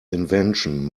invention